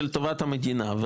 סוגיה של טובת המדינה,